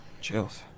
Chills